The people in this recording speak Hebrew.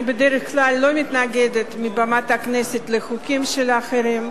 אני בדרך כלל לא מתנגדת מעל במת הכנסת לחוקים של אחרים,